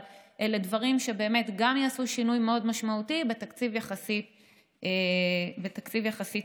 אבל אלה דברים שבאמת יעשו שינוי מאוד משמעותי בתקציב קטן יחסית.